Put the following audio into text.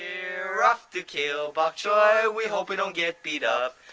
we're off to kill bokchoy. we hope we don't get beat up.